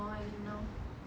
no I didn't know